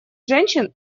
женщин